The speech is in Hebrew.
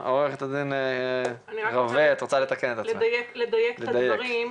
אני מבקשת לדייק את הדברים.